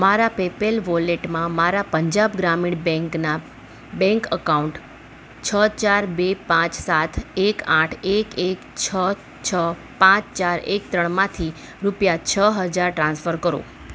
મારા પેપેલ વોલેટમાં મારા પંજાબ ગ્રામીણ બેંકના બેંક એકાઉન્ટ છ ચાર બે પાંચ સાત એક આઠ એક એક છ છ પાંચ ચાર એક ત્રણમાંથી રૂપિયા છ હજાર ટ્રાન્સફર કરો